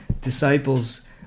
disciples